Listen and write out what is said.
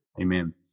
Amen